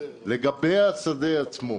לגבי שדה דב עצמו.